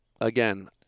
again